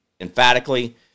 emphatically